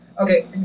Okay